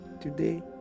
Today